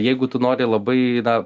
jeigu tu nori labai na